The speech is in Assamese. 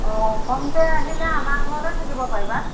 অঁ কমকৈ আহিলে আমাৰ ঘৰতে থাকিব পাৰিবা